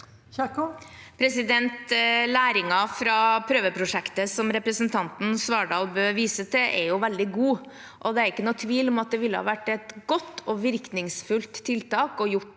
Kjerkol Læringen fra prøveprosjektet som representanten Svardal Bøe viste til, er veldig god, og det er ikke noen tvil om at det ville ha vært et godt og virkningsfullt tiltak å gjøre